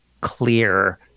clear